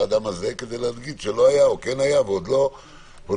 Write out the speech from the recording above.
כדי לומר שלא היה וכן היה ועוד לא הוחלט.